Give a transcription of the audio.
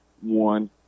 one